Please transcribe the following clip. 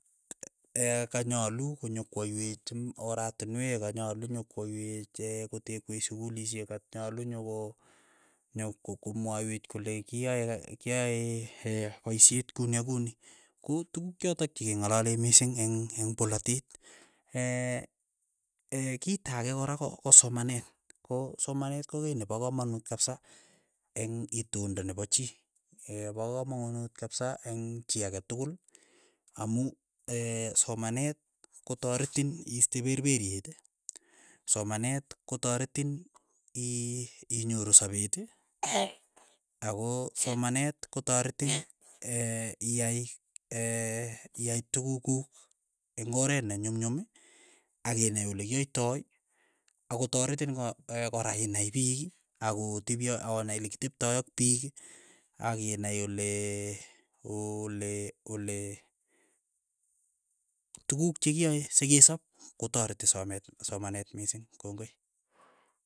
kanyalu konyokwaiwech oratinweek kanyalu nyokwaiwech kotekweech sukulishek kanyalu nyoko nyoko ko- komwaiweech kole kiyae kiyae paishet kuni ak kuni, ko tukuk chotok chekeng'alale mising eng' eng' polatet, ee kito ake kora ko ko somanet, ko somanet ko kiy nepa kamanut kapsa eng' itondo nepa chii, pa kamanut kapsa eng' chii ake tukul amu somanet kotaretin iiste perperiet, somanet kotaretin ii inyoru sapeet ako somanet kotaretin iai iai tukuk kuk eng' oret ne nyum nyum akinai olekiaitai, akotaretin ko- kora inai piik akotepi akonai likiteptai ak piik, akinai ole ole ole tukuk chekiai sekesop kotareti somet somanet mising, kongoi.